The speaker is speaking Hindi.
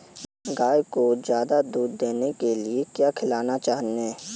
गाय को ज्यादा दूध देने के लिए क्या खिलाना चाहिए?